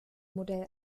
modell